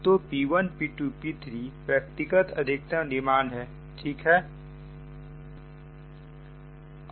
तो P1 P2 P3 व्यक्तिगत अधिकतम डिमांड है ठीक है